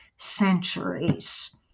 centuries